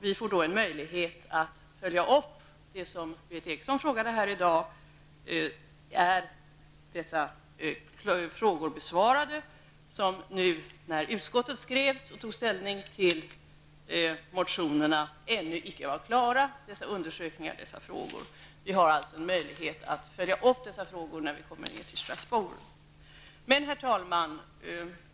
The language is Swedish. Vi får då en möjlighet att följa upp det som Berith Eriksson frågade om, nämligen om de frågor är besvarade som när utskottet tog ställning till motionerna ännu icke var klara. Vi har alltså en möjlighet att följa upp dessa frågor när vi kommer till Strasbourg.